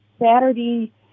Saturday